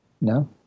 No